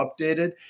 updated